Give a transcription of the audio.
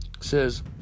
says